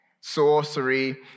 Sorcery